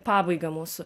pabaigą mūsų